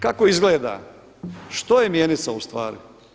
Kako izgleda, što je mjenica ustvari?